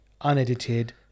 unedited